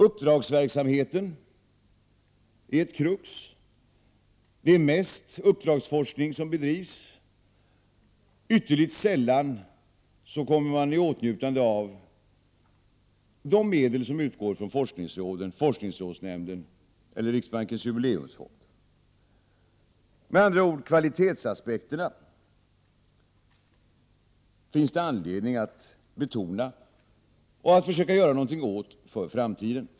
Uppdragsverksamheten är ett krux. Det är mest uppdragsforskning som bedrivs. Ytterligt sällan kommer man i åtnjutande av de medel som utgår från forskningsråden, forskningsrådsnämnden eller riksbankens jubileumsfond. Med andra ord: Med tanke på framtiden finns det anledning att betona och göra någonting åt kvaliteten.